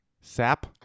Sap